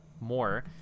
more